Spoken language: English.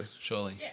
Surely